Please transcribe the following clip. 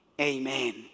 Amen